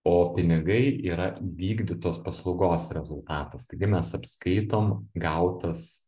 o pinigai yra vykdytos paslaugos rezultatas taigi mes apskaitom gautas